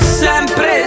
sempre